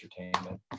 entertainment